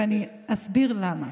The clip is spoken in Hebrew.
ואני אסביר למה.